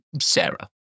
Sarah